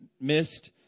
missed